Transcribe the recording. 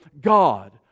God